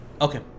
Okay